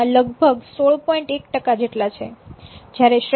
જ્યારે શ્રેષ્ઠ લોકો છે એ 6